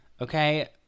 Okay